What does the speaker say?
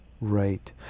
right